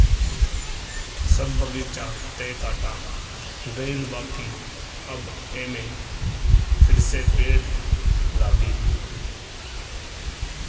सब बगीचा तअ काटा गईल बाकि अब एमे फिरसे पेड़ लागी